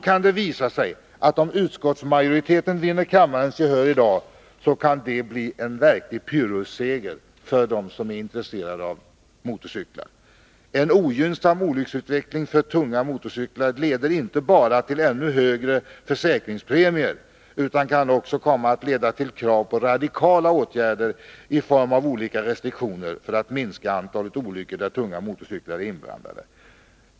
Om utskottsmajoritetens förslag i dag vinner kammarens gehör, kan det visa sig vara en verklig pyrrusseger för dem som är intresserade av motorcyklar. En ogynnsam olycksutveckling för tunga motorcyklar leder inte bara till ännu högre försäkringspremier, utan kan också komma att leda till krav på radikala åtgärder i form av olika restriktioner för att man skall minska antalet olyckor där tunga motorcyklar är inblandade.